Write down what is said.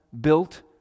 built